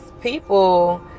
people